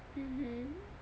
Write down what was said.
mmhmm